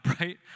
right